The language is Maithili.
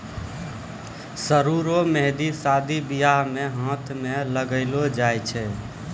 सरु रो मेंहदी शादी बियाह मे हाथ मे लगैलो जाय छै